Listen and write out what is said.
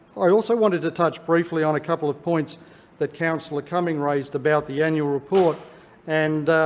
i also wanted to touch briefly on a couple of points that councillor cumming raised about the annual report and,